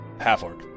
Half-orc